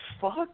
fuck